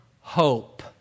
hope